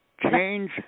Change